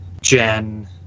Jen